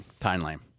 timeline